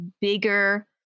bigger